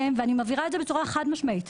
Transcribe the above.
ואני מעבירה את זה בצורה חד משמעית: